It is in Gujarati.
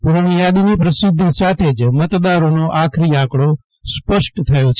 પુરવણીયાદીની પ્રસિધ્ધી સાથેજ મતદારોનો આખરી આંકડી સ્પષ્ટ થયો છે